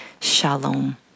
shalom